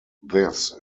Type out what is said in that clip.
this